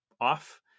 off